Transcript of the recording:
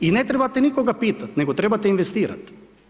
I ne trebate nikoga pitati, nego trebate investirati.